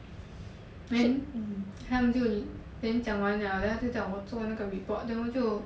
then 他们就 then 讲完 liao then 他就叫我们做那个 report then 我就